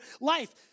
life